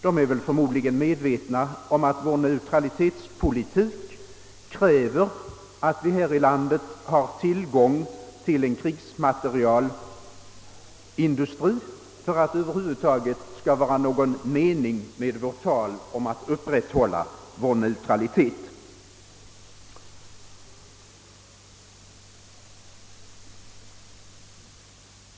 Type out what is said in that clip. De är förmodligen medvetna om att Sverige måste ha tillgång till en krigsmaterielindustri för att det över huvud taget skall vara någon mening med talet om att vi vill upprätthålla vår neutralitet.